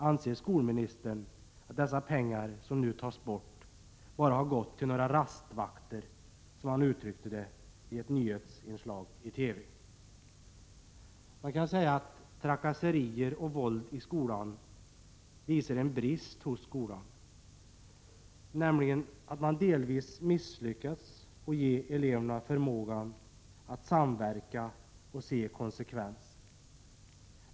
Anser skolministern att de pengar som nu tas bort bara har gått till några rastvakter, som han uttryckte det i ett nyhetsinslag i TV? Trakasserier och våld i skolan visar en brist hos skolan — man har delvis misslyckats med att ge eleverna förmåga att samverka och att se konsekvenser.